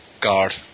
guard